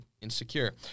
insecure